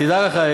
תדע לך,